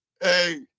Hey